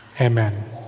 Amen